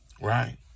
right